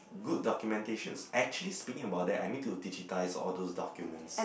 good documentations actually speaking about that I need to digitise all those documents